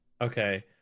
Okay